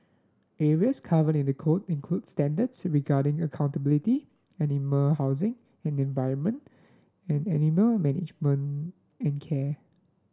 areas covered in the code include standards regarding accountability animal housing and environment and animal management and care